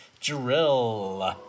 drill